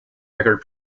record